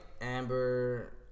Amber